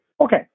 Okay